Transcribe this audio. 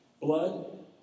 Blood